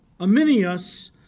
Aminius